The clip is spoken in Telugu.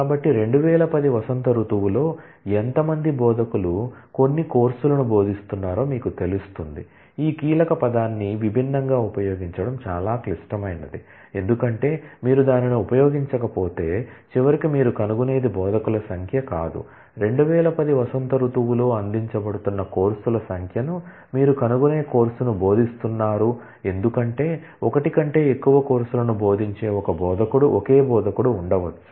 కాబట్టి 2010 స్ప్రింగ్ లో ఎంతమంది బోధకులు కొన్ని కోర్సులను బోధిస్తున్నారో మీకు తెలుస్తుంది ఈ కీలక పదాన్ని విభిన్నంగా ఉపయోగించడం చాలా క్లిష్టమైనది ఎందుకంటే మీరు దానిని ఉపయోగించకపోతే చివరికి మీరు కనుగొనేది బోధకుల సంఖ్య కాదు 2010 స్ప్రింగ్ లో అందించబడుతున్న కోర్సుల సంఖ్యను మీరు కనుగొనే కోర్సును బోధిస్తున్నారు ఎందుకంటే ఒకటి కంటే ఎక్కువ కోర్సులను బోధించే ఒకే బోధకుడు ఉండవచ్చు